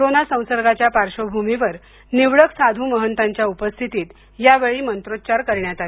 corona संसर्गाच्या पार्श्वभूमीवर निवडक साधू महंतांच्या उपस्थितीत यावेळी मंत्रोच्चार करण्यात आले